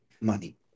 money